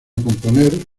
componer